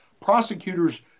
prosecutors